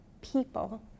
people